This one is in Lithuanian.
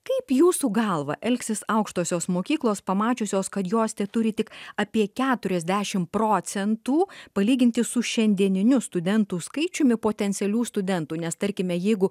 kaip jūsų galva elgsis aukštosios mokyklos pamačiusios kad jos teturi tik apie keturiasdešimt procentų palyginti su šiandieniniu studentų skaičiumi potencialių studentų nes tarkime jeigu